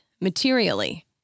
materially